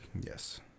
Yes